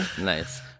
nice